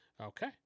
Okay